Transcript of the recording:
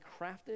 crafted